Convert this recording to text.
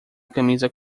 camisa